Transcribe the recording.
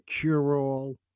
cure-all